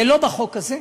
זה לא בחוק הזה,